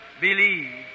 believe